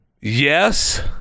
Yes